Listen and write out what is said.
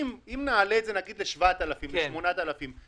אם נעלה את זה למשל ל-7,000 שקל או ל-8,000 שקל,